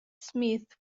smith